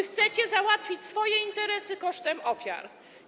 Chcecie załatwić swoje interesy kosztem ofiar.